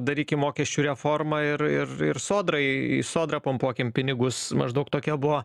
darykim mokesčių reformą ir ir ir sodrai į sodrą pumpuokit pinigus maždaug tokia buvo